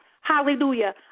Hallelujah